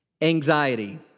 Anxiety